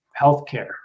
healthcare